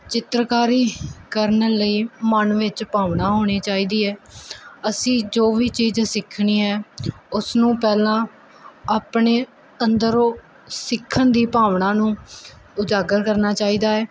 ਚਿੱਤਰਕਾਰੀ ਕਰਨ ਲਈ ਮਨ ਵਿੱਚ ਭਾਵਨਾ ਹੋਣੀ ਚਾਹੀਦੀ ਹੈ ਅਸੀਂ ਜੋ ਵੀ ਚੀਜ਼ ਸਿੱਖਣੀ ਹੈ ਉਸ ਨੂੰ ਪਹਿਲਾਂ ਆਪਣੇ ਅੰਦਰੋਂ ਸਿੱਖਣ ਦੀ ਭਾਵਨਾ ਨੂੰ ਉਜਾਗਰ ਕਰਨਾ ਚਾਹੀਦਾ ਹੈ